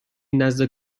نزد